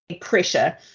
pressure